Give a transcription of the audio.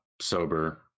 sober